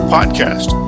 Podcast